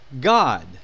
God